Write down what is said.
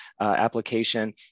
application